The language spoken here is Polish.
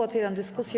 Otwieram dyskusję.